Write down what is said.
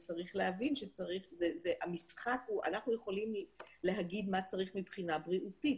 וצריך להבין שהמשחק הוא אנחנו יכולים להגיד מה צריך מבחינה בריאותית.